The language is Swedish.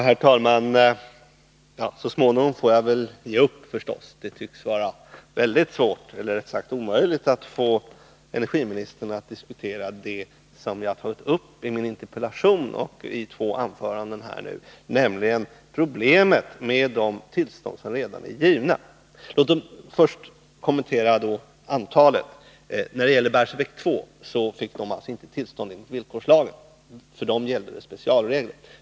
Herr talman! Så småningom får jag väl ge upp — det tycks vara omöjligt att få energiministern att diskutera det som jag har tagit upp i min interpellation och i två anföranden, nämligen problemet med de tillstånd som redan är givna. Låt mig först kommentera antalet. Barsebäck 2 fick alltså inte tillstånd enligt villkorslagen. För det kärnkraftverket gäller specialregler.